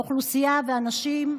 האוכלוסייה והאנשים שם,